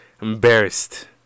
Embarrassed